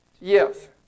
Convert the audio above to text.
Yes